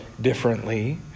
differently